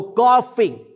golfing